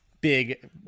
big